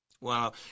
Wow